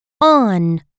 on